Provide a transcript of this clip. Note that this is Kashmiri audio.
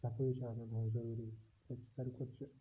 صفٲیی چھِ آسان تھاوٕنۍ ضروٗری سارِوٕے کھۄتہٕ چھِ